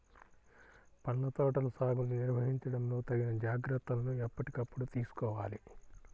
పండ్ల తోటల సాగుని నిర్వహించడంలో తగిన జాగ్రత్తలను ఎప్పటికప్పుడు తీసుకోవాలి